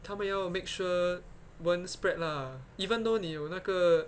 他们要 make sure won't spread lah even though 你有那个